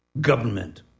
Government